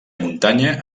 muntanya